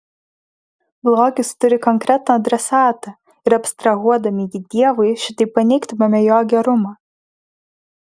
blogis turi konkretų adresatą ir abstrahuodami jį dievui šitaip paneigtumėme jo gerumą